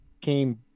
came